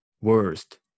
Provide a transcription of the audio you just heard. worst